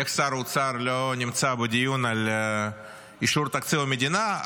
איך שר אוצר לא נמצא בדיון על אישור תקציב המדינה.